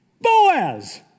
Boaz